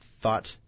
thought